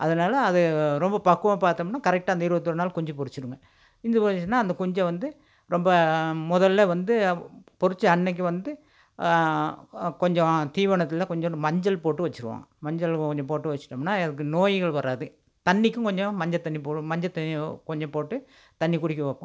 அதனால அது ரொம்ப பக்குவமாக பார்த்தம்னா கரெக்டாக அந்த இருபத்தோரு நாள் குஞ்சு பொரித்துடுங்க குஞ்சு பொரித்துச்சினா அந்த குஞ்சு வந்து ரொம்ப முதல்ல வந்து பொரித்த அன்றைக்கி வந்து கொஞ்சம் தீவனத்தில் கொஞ்சூண்டு மஞ்சள் போட்டு வச்சுருவோம் மஞ்சள் கொஞ்சம் போட்டு வச்சிட்டோம்னா அதுக்கு நோய்கள் வராது தண்ணிக்கும் கொஞ்சம் மஞ்சள் தண்ணி மஞ்சள் தண்ணிப் போட்டு தண்ணி குடிக்க வைப்போம்